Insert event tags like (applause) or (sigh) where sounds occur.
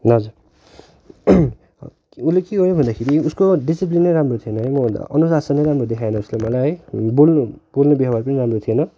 हजुर उसले के गऱ्यो भन्दाखेरि नि उसको डिसिप्लिन नै राम्रो थिएन (unintelligible) अनुशासन नै राम्रो देखाएन उसले मलाई है बोल्नु बोल्ने व्यवहार पनि राम्रो थिएन